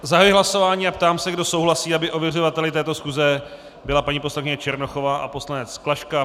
Zahajuji hlasování a ptám se, kdo souhlasí, aby ověřovateli této schůze byla paní poslankyně Černochová a poslanec Klaška.